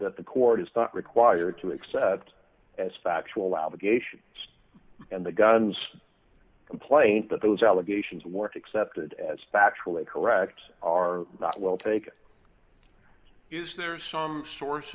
that the court is not required to accept as factual obligation and the guns complaint that those allegations work accepted as factually correct are not well taken is there some source